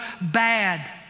bad